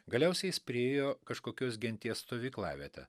galiausiai jis priėjo kažkokios genties stovyklavietę